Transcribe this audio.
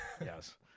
Yes